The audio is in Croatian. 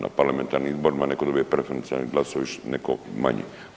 Na parlamentarnim izborima netko dobije preferencijalnih glasova više, netko manje.